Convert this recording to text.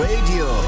Radio